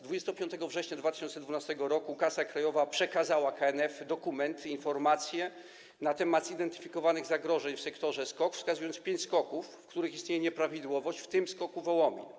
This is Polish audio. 25 września 2012 r. Kasa Krajowa przekazała KNF dokument, informację na temat zidentyfikowanych zagrożeń w sektorze SKOK, wskazując pięć SKOK-ów, w których istnieje nieprawidłowość, w tym SKOK Wołomin.